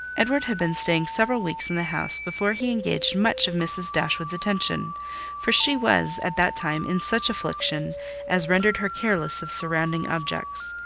edward had been staying several weeks in the house before he engaged much of mrs. dashwood's attention for she was, at that time, in such affliction as rendered her careless of surrounding objects.